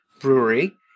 Brewery